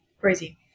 Crazy